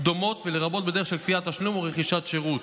דומות ולרבות בדרך של כפיית תשלום או רכישת שירות,